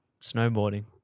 snowboarding